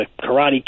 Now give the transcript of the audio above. Karate